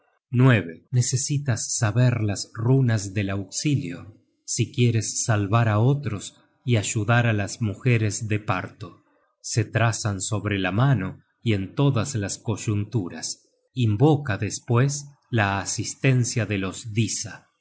tí necesitas saber las runas del auxilio si quieres salvar á otros y ayudar á las mujeres de parto se trazan sobre la mano y en todas las coyunturas invoca despues la asistencia de los disa